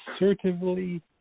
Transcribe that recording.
assertively